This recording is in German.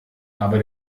aber